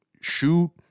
shoot